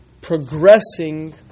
progressing